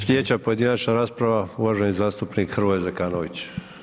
Slijedeća pojedinačna rasprava uvaženi zastupnik Hrvoje Zekanović.